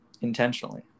intentionally